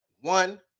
one